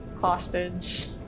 hostage